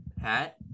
hat